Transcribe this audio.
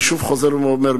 אני חוזר ואומר,